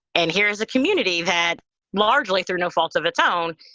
and here is a community that largely through no fault of its own,